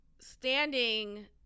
standing